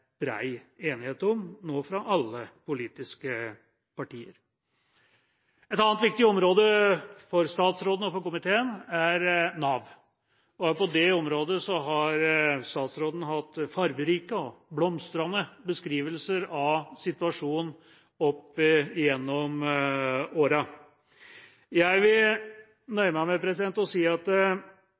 enighet om i alle politiske partier. Et annet viktig område for statsråden og for komiteen er Nav. Også på det området har statsråden opp gjennom årene hatt fargerike og blomstrende beskrivelser av situasjonen. Jeg vil nøye meg med å si at